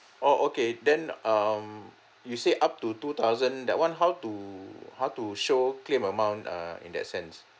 oh okay then um you say up to two thousand that one how to how to show claim amount uh in that sense